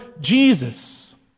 Jesus